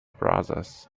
bros